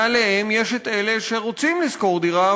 מעליהם ישנם אלה שרוצים לשכור דירה,